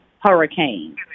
hurricane